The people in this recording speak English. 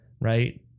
right